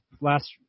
last